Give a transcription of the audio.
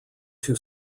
too